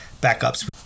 backups